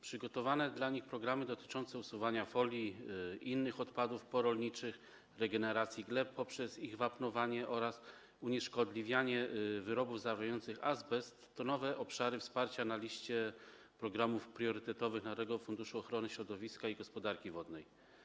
Przygotowane dla nich programy dotyczące usuwania folii i innych odpadów porolniczych, degeneracji gleb poprzez ich wapnowanie oraz unieszkodliwianie wyrobów zawierających azbest to nowe obszary wsparcia na liście programów priorytetowych Narodowego Funduszu Ochrony Środowiska i Gospodarki Wodnej.